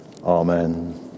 Amen